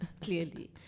clearly